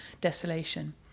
desolation